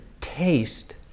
taste